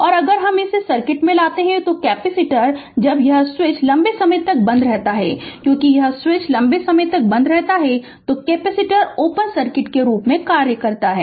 और अगर हमें इस सर्किट में आना है तो कैपेसिटर जब यह स्विच लंबे समय तक बंद रहता है क्योंकि यह स्विच लंबे समय तक बंद रहता है तो कैपेसिटर ओपन सर्किट के रूप में कार्य करता है